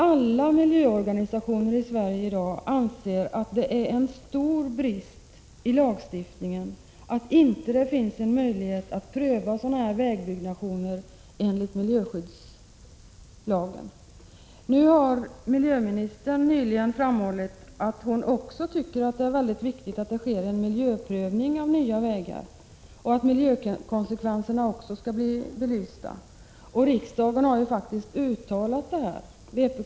Alla miljöorganisationer i Sverige anser i dag att det är en stor brist i lagstiftningen att det inte finns en möjlighet att pröva sådana här vägbyggnationer enligt miljöskyddslagen. Miljöministern har nyligen framhållit att hon också tycker att det är mycket viktigt att det sker en miljöprövning av nya vägar och att miljökonsekvenserna skall belysas. Riksdagen har faktiskt uttalat sig för detta.